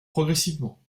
progressivement